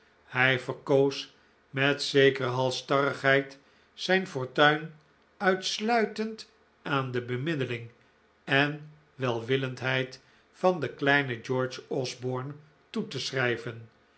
hij verkoos met zekere halsstarrigheid zijn fortuin uitsluitend aan de bemiddeling en welwillendheid van den kleinen george osborne toe te schrijven